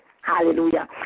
Hallelujah